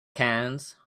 cans